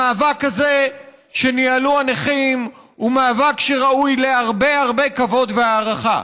המאבק הזה שניהלו הנכים הוא מאבק שראוי להרבה הרבה כבוד והערכה.